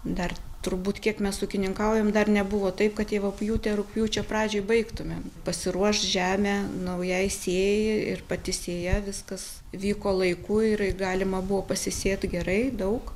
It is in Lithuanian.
dar turbūt kiek mes ūkininkaujam dar nebuvo taip kad javapjūtė rugpjūčio pradžioj baigtumėm pasiruošt žemę naujai sėjai ir pati sėja viskas vyko laiku ir galima buvo pasisėt gerai daug